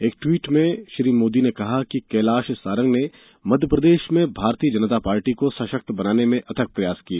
एक ट्वीट में श्री मोदी ने कहा कि कैलाश सारंग ने मध्यप्रदेश में भारतीय जनता पार्टी को सशक्त बनाने में अथक प्रयास किए